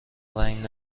رنگ